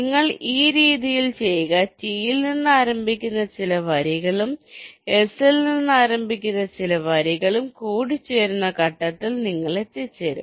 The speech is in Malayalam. നിങ്ങൾ ഈ രീതിയിൽ ചെയ്യുക ടിയിൽ നിന്ന് ആരംഭിക്കുന്ന ചില വരികളും എസ് ൽ ആരംഭിക്കുന്ന ചില വരികളും കൂടിച്ചേരുന്ന ഘട്ടത്തിൽ നിങ്ങൾ എത്തിച്ചേരും